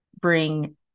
bring